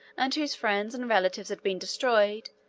and whose friends and relatives had been destroyed,